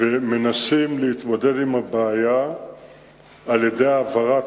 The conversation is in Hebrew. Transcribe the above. מנסים להתמודד עם הבעיה על-ידי העברת